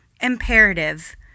imperative